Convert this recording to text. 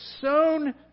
sown